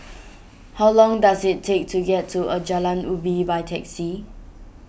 how long does it take to get to a Jalan Ubi by taxi